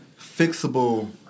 fixable